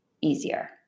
easier